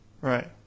right